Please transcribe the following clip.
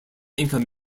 income